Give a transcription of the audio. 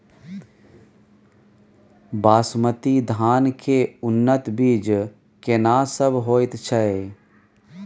बासमती धान के उन्नत बीज केना सब होयत छै?